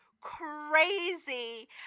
crazy